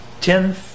ten